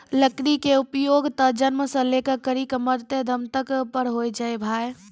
लकड़ी के उपयोग त जन्म सॅ लै करिकॅ मरते दम तक पर होय छै भाय